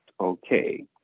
okay